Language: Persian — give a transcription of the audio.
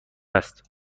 است